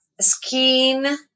skin